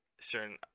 certain